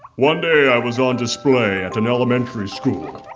one day, i was on display at an elementary school.